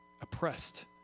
Oppressed